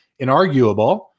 inarguable